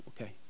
okay